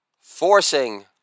Forcing